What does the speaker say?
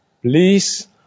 please